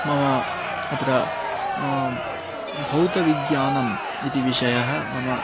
मम अत्र भौतविज्ञानम् इति विषयः मम